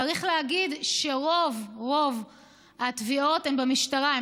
צריך להגיד שרוב התביעות הן במשטרה,